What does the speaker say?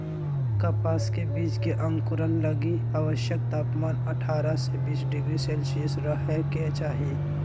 कपास के बीज के अंकुरण लगी आवश्यक तापमान अठारह से बीस डिग्री सेल्शियस रहे के चाही